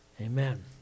Amen